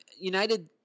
United